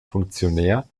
funktionär